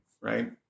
right